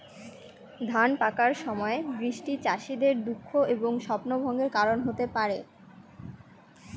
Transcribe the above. ধান পাকার সময় বৃষ্টি চাষীদের দুঃখ এবং স্বপ্নভঙ্গের কারণ হতে পারে